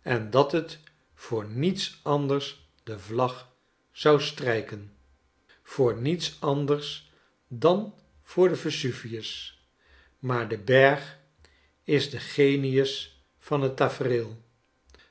en dat het voor niets anders de vlagzou strijken voor niets anders dan voor den vesuvius maar de berg is de genius van het tafereel